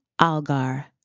Algar